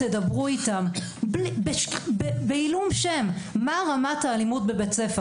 תדברו איתם בעילום שם מה רמת האלימות בבית-ספר,